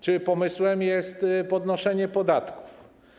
Czy pomysłem jest podnoszenie podatków?